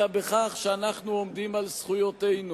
אלא בכך שאנחנו עומדים על זכויותינו,